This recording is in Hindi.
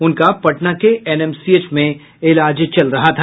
उनका पटना के एनएमसीएच में इलाज चल रहा था